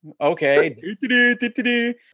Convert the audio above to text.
Okay